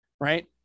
right